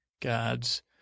Gods